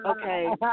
Okay